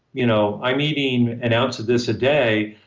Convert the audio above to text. you know i'm eating an ounce of this a day.